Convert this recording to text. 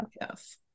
Yes